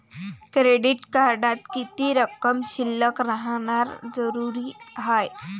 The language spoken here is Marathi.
क्रेडिट कार्डात किती रक्कम शिल्लक राहानं जरुरी हाय?